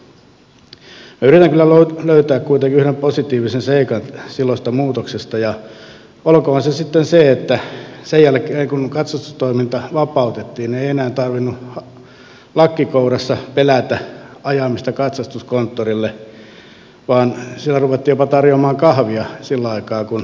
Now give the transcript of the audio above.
minä yritän kyllä löytää kuitenkin yhden positiivisen seikan silloisesta muutoksesta ja olkoon se sitten se että sen jälkeen kun katsastustoiminta vapautettiin ei enää tarvinnut lakki kourassa pelätä ajamista katsastuskonttorille vaan siellä ruvettiin jopa tarjoamaan kahvia sillä aikaa kun autoa katsastettiin